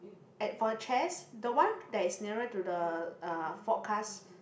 at for chairs the one that is nearer to the uh forecast